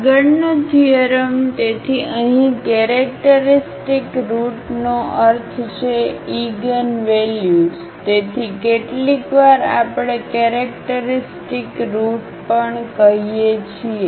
આગળનો થીઅરમ તેથી અહીં કેરેક્ટરિસ્ટિક રુટનો અર્થ છે ઇગિનવvalલ્સ તેથી કેટલીકવાર આપણે કેરેક્ટરિસ્ટિક રુટ પણ કહીએ છીએ